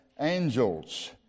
angels